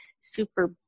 super